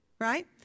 right